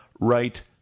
right